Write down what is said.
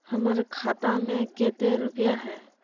हमर खाता में केते रुपया है?